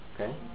Okay